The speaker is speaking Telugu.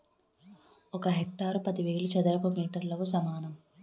ఒక హెక్టారు పదివేల చదరపు మీటర్లకు సమానం